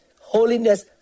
holiness